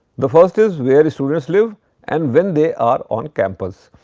the first is where students live and when they are on campus.